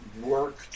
work